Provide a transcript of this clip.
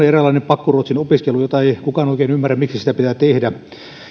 eräänlainen pakkoruotsin opiskelu jota ei kukaan oikein ymmärrä miksi sitä pitää tehdä